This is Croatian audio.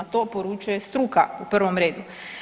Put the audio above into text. To poručuje struka u prvom redu.